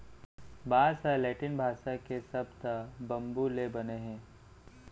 बांस ह लैटिन भासा के सब्द बंबू ले बने हे